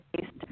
based